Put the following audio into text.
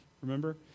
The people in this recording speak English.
remember